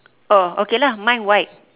oh okay lah mine white